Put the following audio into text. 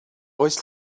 oes